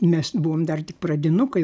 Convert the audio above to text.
mes buvom dar tik pradinukai